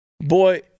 boy